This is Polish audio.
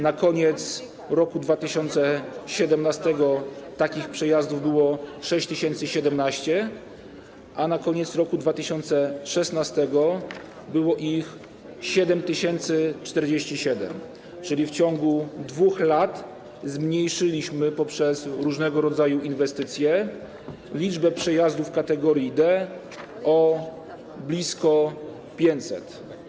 Na koniec 2017 r. takich przejazdów było 6017, a na koniec 2016 r. było ich 7047, czyli w ciągu 2 lat zmniejszyliśmy, poprzez różnego rodzaju inwestycje, liczbę przejazdów kategorii D o blisko 500.